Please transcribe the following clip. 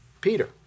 Peter